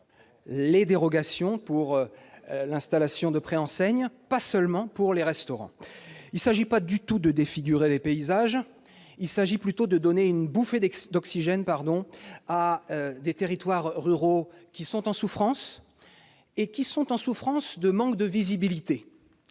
les dérogations pour l'installation de préenseignes, mais pas seulement pour les restaurants. Il s'agit non pas du tout de défigurer les paysages, mais plutôt de donner une bouffée d'oxygène à des territoires ruraux qui sont en souffrance parce qu'ils manquent de visibilité.